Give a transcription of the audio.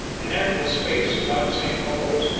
an ample space about st. paul's,